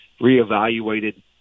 reevaluated